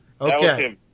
Okay